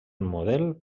model